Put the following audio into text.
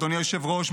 אדוני היושב-ראש,